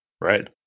Right